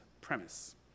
premise